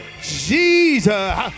Jesus